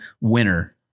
winner